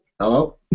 Hello